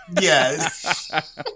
Yes